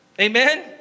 Amen